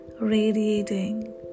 radiating